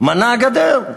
מנעה הגדר.